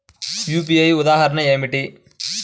UPI ఉదాహరణ ఏమిటి?